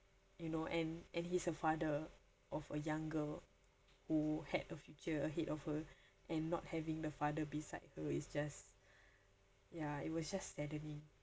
you know and and he's a father of a young girl who had a future ahead of her and not having the father beside her is just ya it was just saddening